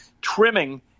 trimming